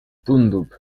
tundub